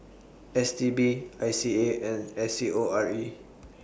S T B I C A and S C O R E